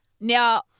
Now